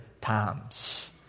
times